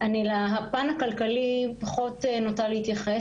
אני פחות נוטה להתייחס לפן הכלכלי.